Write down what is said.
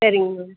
சரிங்க மேம்